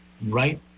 right